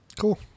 Cool